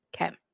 Okay